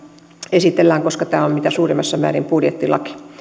esitellään koska tämä on mitä suurimmassa määrin budjettilaki